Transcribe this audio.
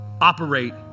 operate